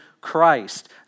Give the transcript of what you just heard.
Christ